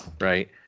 Right